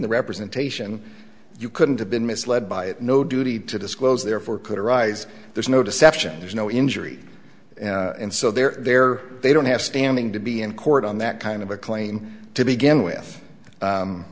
the representation you couldn't have been misled by it no duty to disclose therefore could arise there's no deception there's no injury and so they're there they don't have standing to be in court on that kind of a claim to begin with